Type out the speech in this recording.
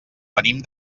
venim